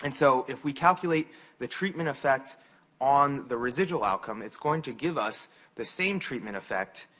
and so, if we calculate the treatment effect on the residual outcome, it's going to give us the same treatment effect,